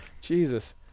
jesus